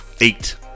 Eight